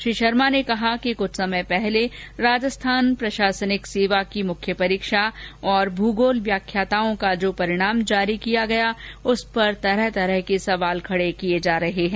श्री शर्मा ने कहा कि कुछ समय पूर्व राजस्थान प्रशासनिक सेवा की मुख्य परीक्षा तथा भूगोल व्याख्याताओं का जो परिणाम जारी किया गया उस पर तरह तरह के सवाल खड़े ँकिये जा रहे हैं